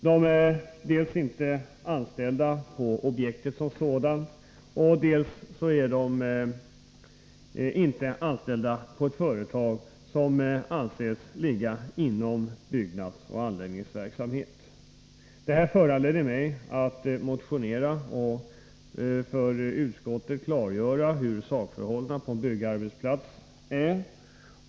Dels är de inte anställda vid objektet 19 december 1983 som sådant, dels är de inte anställda i ett företag som anses ligga inom bygg Detta föranledde mig att motionera och för utskottet klargöra hurdana — kostnader för sakförhållandena på en byggarbetsplats är.